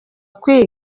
gukomeza